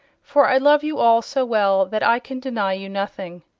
for i love you all so well that i can deny you nothing.